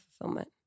fulfillment